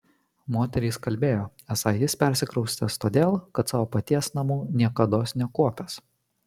moterys kalbėjo esą jis persikraustęs todėl kad savo paties namų niekados nekuopęs